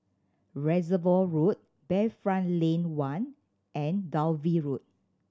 Reservoir Road Bayfront Lane One and Dalvey Road